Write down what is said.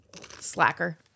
slacker